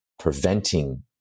preventing